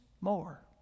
more